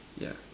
yeah